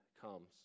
comes